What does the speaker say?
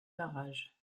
parages